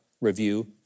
Review